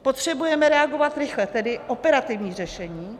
Potřebujeme reagovat rychle, tedy operativní řešení.